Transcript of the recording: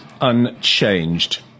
unchanged